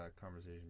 conversation